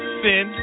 sin